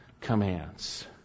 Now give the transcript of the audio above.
commands